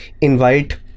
invite